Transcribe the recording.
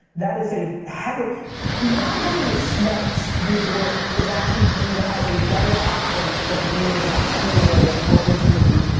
that is a heavily not having the smarts to do the work is actually viewed as a better option that being eeyore and woe is me.